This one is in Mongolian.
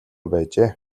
байжээ